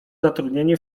zatrudnieni